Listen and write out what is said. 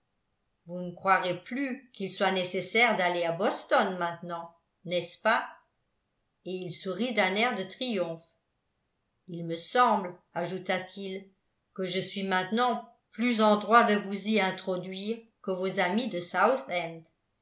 vous ne croirez plus qu'il soit nécessaire d'aller à boston maintenant n'est-ce pas et il sourit d'un air de triomphe il me semble ajouta-t-il que je suis maintenant plus en droit de vous y introduire que vos amis de